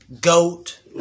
Goat